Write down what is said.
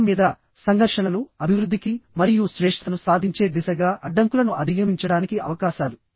మొత్తంమీద సంఘర్షణలు అభివృద్ధికి మరియు శ్రేష్ఠతను సాధించే దిశగా అడ్డంకులను అధిగమించడానికి అవకాశాలు